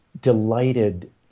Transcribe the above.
delighted